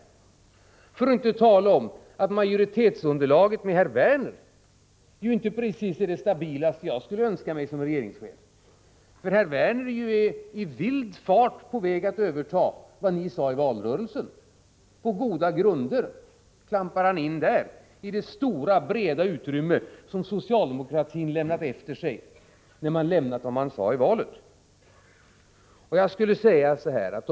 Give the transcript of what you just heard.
Då skall vi inte tala om att majoritetsunderlaget för herr Werner inte precis är det stabilaste som jag skulle önska mig som regeringschef. Herr Werner är ju i vild fart på väg att överta vad ni sade i valrörelsen. På goda grunder klampar han in i det stora och breda utrymme som socialdemokratin lämnat efter sig sedan man har övergett vad man sade i valrörelsen.